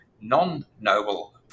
non-noble